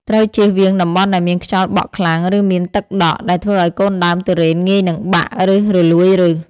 ត្រូវចៀសវាងតំបន់ដែលមានខ្យល់បក់ខ្លាំង ឬមានទឹកដក់ ដែលធ្វើឲ្យកូនដើមទុរេនងាយនឹងបាក់ ឬរលួយឫស។